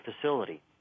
facility